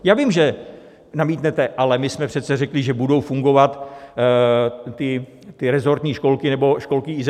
Já vím, že namítnete: Ale my jsme přece řekli, že budou fungovat resortní školky nebo školky IZS.